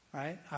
right